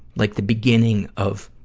like, the beginning of